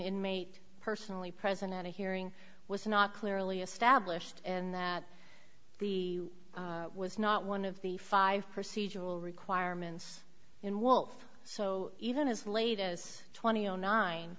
inmate personally present at a hearing was not clearly established and that the was not one of the five procedural requirements in wolf so even as late as twenty